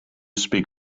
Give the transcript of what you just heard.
speak